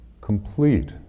complete